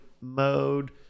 mode